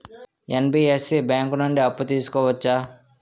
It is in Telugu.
ఎన్.బి.ఎఫ్.సి బ్యాంక్ నుండి అప్పు తీసుకోవచ్చా?